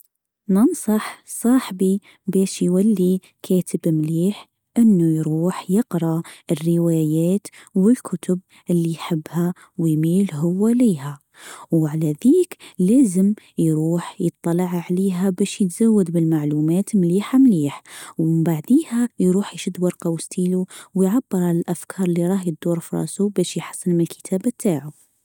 ننصح صاحبي بيش يولي كاتب مليح إنه يروح يقرا الروايات والكتب إللي يحبها ويميل هو ليها وعلى ذيك لأزم يروح يطلع عليها بأش يتزود بالمعلومات مليحه مليح ومن بعدها يروح يشد ورقه وستيلو ويعبر عن الأفكار إللي تدور في راسه باش يحسن من الكتابه تاعه.